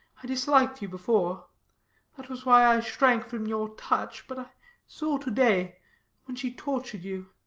i disliked you before that was why i shrank from your touch. but i saw to-day when she tortured you